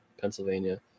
Pennsylvania